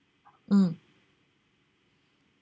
mm